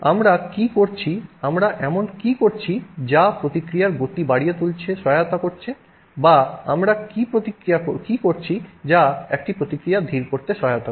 আমরা কি করছি আমরা এমন কী করছি যা প্রতিক্রিয়ার গতি বাড়িয়ে তুলতে সহায়তা করে বা আমরা কী করছি যা একটি প্রতিক্রিয়া ধীর করতে সহায়তা করে